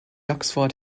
oxford